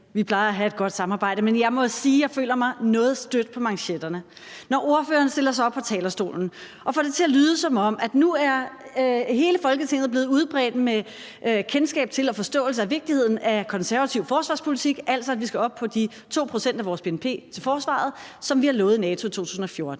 vi plejer at have et godt samarbejde – men jeg må sige, jeg føler mig noget stødt på manchetterne, når ordføreren stiller sig op på talerstolen og får det til at lyde, som om hele Folketinget nu har fået et udbredt kendskab til og forståelse af vigtigheden af konservativ forsvarspolitik, altså at vi skal op på de 2 pct. af vores bnp til forsvaret, som vi har lovet NATO i 2014.